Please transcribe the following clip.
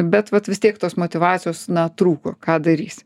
bet vat vis tiek tos motyvacijos na trūko ką darysi